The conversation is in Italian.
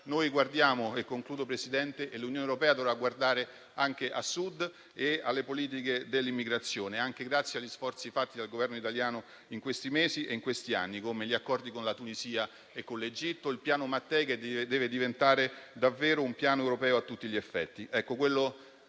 noi guardiamo a Sud e anche l'Unione europea dovrà guardare a Sud e alle politiche dell'immigrazione, anche grazie agli sforzi fatti dal Governo italiano in questi mesi e in questi anni, come gli accordi con la Tunisia e con l'Egitto e il Piano Mattei, che deve diventare davvero un piano europeo a tutti gli effetti.